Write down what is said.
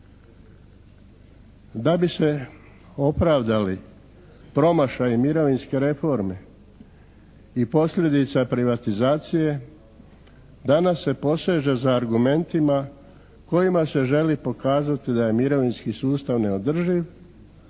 Da bi se opravdali promašaji mirovinske reforme i posljedica privatizacije danas se poseže za argumentima kojima se želi pokazati da je mirovinski sustav neodrživ,